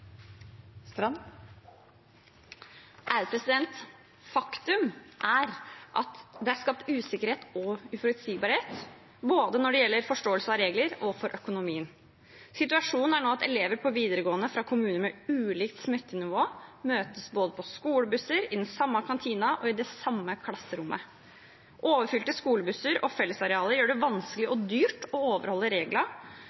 Faktum er at det er skapt usikkerhet og uforutsigbarhet når det gjelder både forståelse av regler og økonomi. Situasjonen er nå at elever på videregående i kommuner med ulikt smittenivå møtes både på skolebusser, i den samme kantinen og i det samme klasserommet. Overfylte skolebusser og fellesarealer gjør det vanskelig